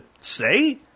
say